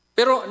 Pero